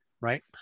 right